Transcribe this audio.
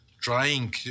trying